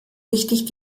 wichtig